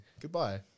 Goodbye